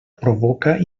provoca